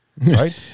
right